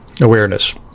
Awareness